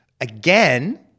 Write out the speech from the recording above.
Again